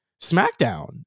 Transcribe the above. SmackDown